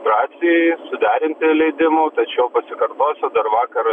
pradžiai suderinti leidimų tačiau pasikartosiu dar vakar